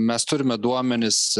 mes turime duomenis